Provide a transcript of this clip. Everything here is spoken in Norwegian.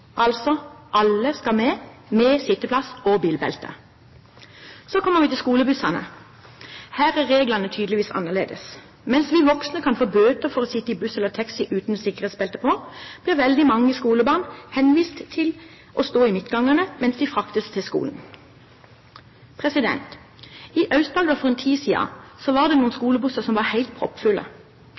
Altså, alle skal med, med sitteplass og bilbelte. Så kommer vi til skolebussene. Her er reglene tydeligvis annerledes. Mens vi voksne kan få bøter for å sitte i buss eller taxi uten sikkerhetsbeltet på, blir veldig mange skolebarn henvist til å stå i midtgangene mens de fraktes til skolen. I Aust-Agder for en tid siden var det noen skolebusser som var helt